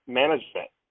management